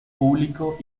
público